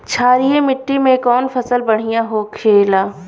क्षारीय मिट्टी में कौन फसल बढ़ियां हो खेला?